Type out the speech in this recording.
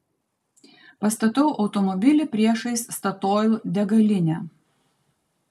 pastatau automobilį priešais statoil degalinę